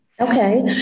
Okay